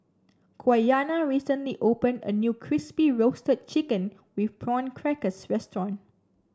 Quiana recently opened a new Crispy Roasted Chicken with Prawn Crackers restaurant